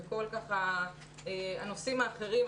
בכל הנושאים האחרים,